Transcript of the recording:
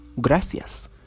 gracias